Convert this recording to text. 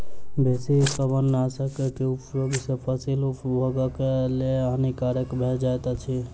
बेसी कवकनाशक के उपयोग सॅ फसील उपभोगक लेल हानिकारक भ जाइत अछि